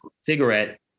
cigarette